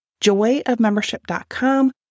joyofmembership.com